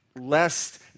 lest